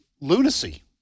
lunacy